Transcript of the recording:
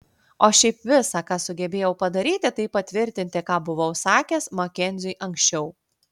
o šiaip visa ką sugebėjau padaryti tai patvirtinti ką buvau sakęs makenziui anksčiau